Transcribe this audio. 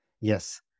Yes